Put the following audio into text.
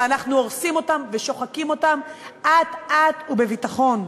ואנחנו הורסים אותם ושוחקים אותם אט-אט ובביטחון.